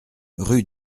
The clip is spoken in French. rue